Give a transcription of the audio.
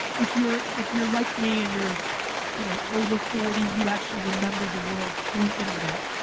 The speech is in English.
if you're if you're like me and you're you know over forty, you actually remember the world pre-internet,